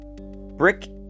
Brick